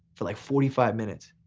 for like forty five minutes,